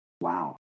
Wow